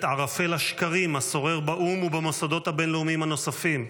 ערפל השקרים השורר באו"ם ובמוסדות הבין-לאומיים הנוספים.